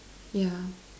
yeah